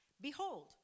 Behold